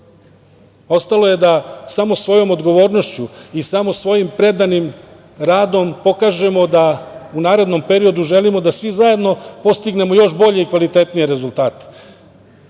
je da samo svojom odgovornošću i samo svojim predanim radom pokažemo da u narednom periodu želimo da svi zajedno postignemo još bolje rezultate. To